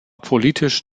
politisch